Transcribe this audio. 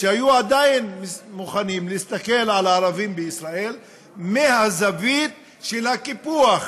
שעדיין היו מוכנים להסתכל על הערבים בישראל מהזווית של הקיפוח,